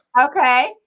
okay